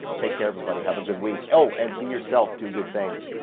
take care everybody, have a good week. oh, and be yourself. do good things.